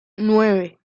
nueve